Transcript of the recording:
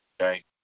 okay